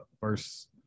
first